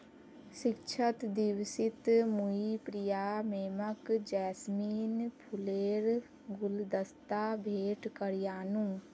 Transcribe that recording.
शिक्षक दिवसत मुई प्रिया मैमक जैस्मिन फूलेर गुलदस्ता भेंट करयानू